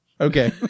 Okay